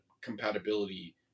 compatibility